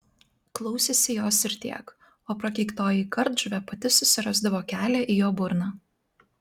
klausėsi jos ir tiek o prakeiktoji kardžuvė pati susirasdavo kelią į jo burną